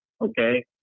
Okay